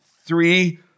three